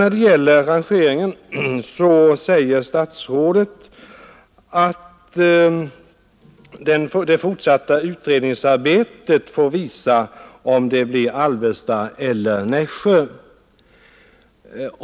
När det sedan gäller rangeringen säger statsrådet att det fortsatta utredningsarbetet får visa om det blir Alvesta eller Nässjö.